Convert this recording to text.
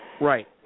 Right